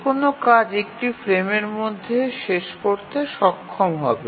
যে কোনও কাজ একটি ফ্রেমের মধ্যে শেষ করতে সক্ষম হবে